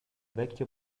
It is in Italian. vecchio